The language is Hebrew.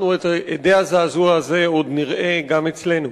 את הדי הזעזוע הזה עוד נראה גם אצלנו.